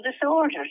disorders